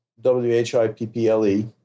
W-H-I-P-P-L-E